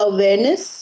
Awareness